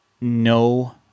no